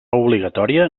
obligatòria